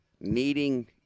needing